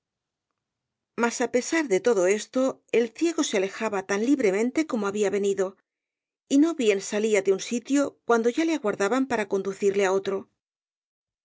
mas á pesar de todo esto el ciego se alejaba tan libremente como había venido y no bien salía de un sitio cuando ya le aguardaban para conducirle á otro